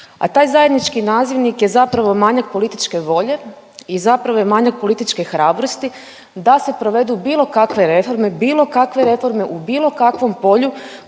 a taj zajednički nazivnik je zapravo manjak političke volje i zapravo je manjak političke hrabrosti da se provedbu bilo kakve reforme, bilo kakve reforme u bilo kakvom polju